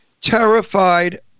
terrified